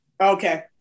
Okay